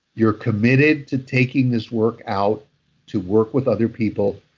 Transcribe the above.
you're committed to taking this work out to work with other people,